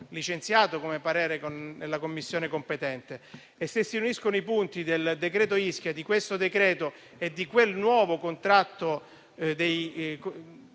licenziato il parere nella Commissione competente. Se si uniscono i punti del decreto Ischia, di questo decreto e di quel nuovo codice